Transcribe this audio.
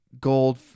gold